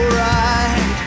right